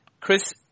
Chris